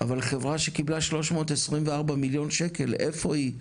אבל חברה שקיבלה 324,000,000 שקל איפה היא,